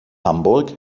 hamburg